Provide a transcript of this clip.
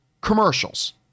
commercials